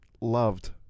loved